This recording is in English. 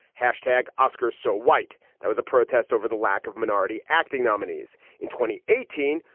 hashtag oscars so white. there was a protest over the lack of minority acting nominees in twenty eighteen.